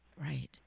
Right